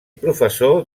professor